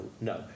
no